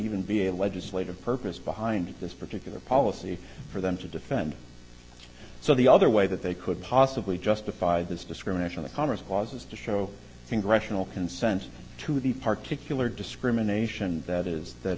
even be a legislative purpose behind this particular policy for them to defend so the other way that they could possibly justify this discrimination the commerce clause is to show congressional consent to the particularly discrimination that is that